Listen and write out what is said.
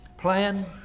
plan